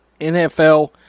NFL